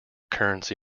currency